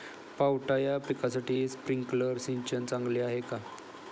पावटा या पिकासाठी स्प्रिंकलर सिंचन चांगले आहे का?